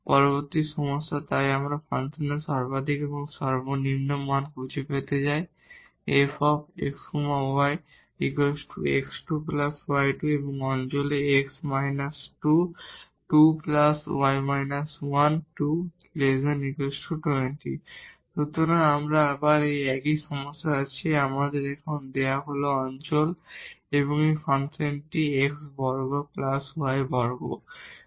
পরবর্তী সমস্যা তাই আমরা এই ফাংশনের মাক্সিমাম এবং মিনিমা মান খুঁজে পেতে চাই f x y x2 y2 এবং অঞ্চলে x − 2 2 y − 1 2≤ 20 সুতরাং আবার আমরা একই সমস্যা আছে আমাদের এখানে দেওয়া অঞ্চল এবং এই ফাংশনটি x square plus y square